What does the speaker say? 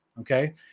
Okay